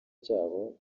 cyabo